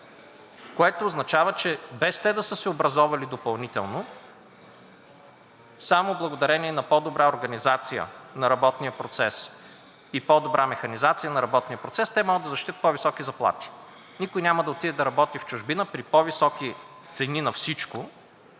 Това означава, че те, без да са се образовали допълнително, само благодарение на по-добрата организация на работния процес и по-добрата механизация на работния процес, могат да защитят по високи заплати. Никой няма да отиде да работи в чужбина при по-високи цени на всичко